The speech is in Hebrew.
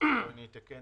המדינה שמה